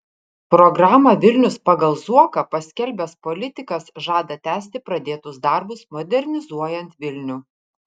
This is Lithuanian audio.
programą vilnius pagal zuoką paskelbęs politikas žada tęsti pradėtus darbus modernizuojant vilnių